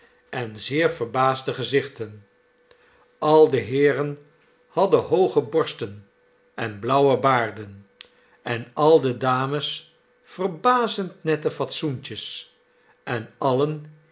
en zeer verbaasde gezichten al de heeren hadden hooge borsten en blauwe baarden en al de dames verbazend nette fatso entjes en alien